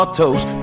toast